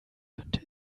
könnte